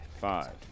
Five